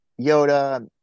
Yoda